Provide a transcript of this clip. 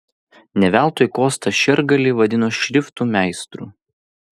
ne veltui kostą šergalį vadino šriftų meistru